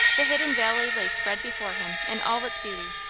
the hidden valley lay spread before him in all its beauty,